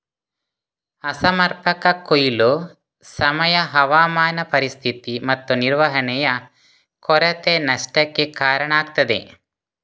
ಅಸಮರ್ಪಕ ಕೊಯ್ಲು, ಸಮಯ, ಹವಾಮಾನ ಪರಿಸ್ಥಿತಿ ಮತ್ತು ನಿರ್ವಹಣೆಯ ಕೊರತೆ ನಷ್ಟಕ್ಕೆ ಕಾರಣ ಆಗ್ತದೆ